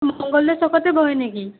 মংগলদৈ চকতে বহে নেকি